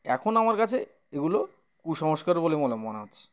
এখন আমার কাছে এগুলো কুসংস্কার বলে মলে মনে হচ্ছে